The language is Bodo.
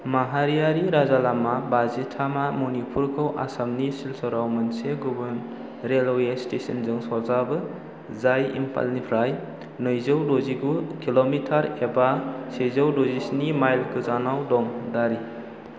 माहारियारि राजा लामा बाजि थामआ मनिपुरखौ आसामनि सिलचराव मोनसे गुबुन रेलवे स्टेशनजों सरजाबो जाय इम्फालनिफ्राय नैजौ द'जिगु किल'मिटार एबा सेजौ द'जिस्नि माइल गोजानाव दं दारि